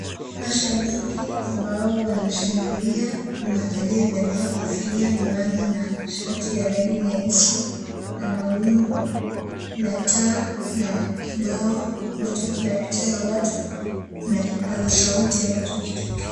Mashabiki ambao wanashangilia. Kuna aliyevalia kofia, miwani na shati ya rangi nyeusi, na mawingu, kuna taa na kibao ambacho kina picha ya watu, kuna kipaza sauti ambacho kiko.